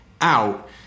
out